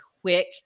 quick